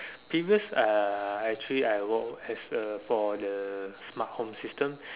biggest uh actually I work as the for the smart home system